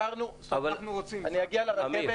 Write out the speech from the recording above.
אני אגיע לרכבת.